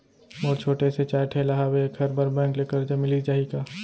मोर छोटे से चाय ठेला हावे एखर बर बैंक ले करजा मिलिस जाही का?